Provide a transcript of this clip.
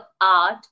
art